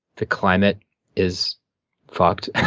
the climate is fucked,